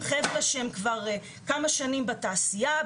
חבר'ה שהם כבר כמה שנים בתעשייה,